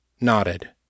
nodded